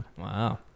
Wow